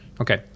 Okay